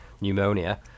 pneumonia